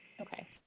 Okay